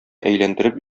әйләндереп